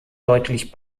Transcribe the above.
deutlich